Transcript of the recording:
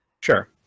Sure